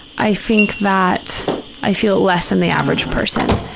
i think that i feel it less than the average person.